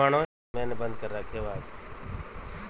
भारत में चक्रफूल की खेती केवल अरुणाचल में होती है